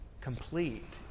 complete